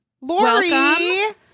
Lori